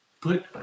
put